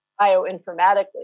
bioinformatically